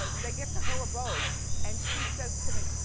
they get to her abode and she says to me,